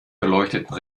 beleuchteten